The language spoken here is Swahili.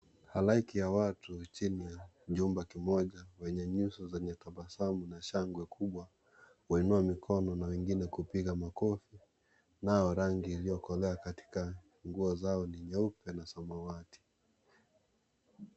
Halaiki ya watu, chini ya jumba kimoja. Kwenye nyuso zenye tabasamu na shangwe kubwa. Wainua mikono na wengine kupiga makofi. Kunayo rangi yaliyokolea katika nguo zao ni nyeupe na samawati.